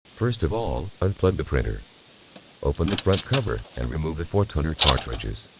first of all unplug the printer open the front cover, and remove the four toner cartridges